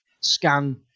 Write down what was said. scan